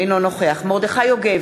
אינו נוכח מרדכי יוגב,